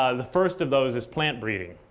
ah the first of those is plant breeding.